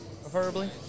preferably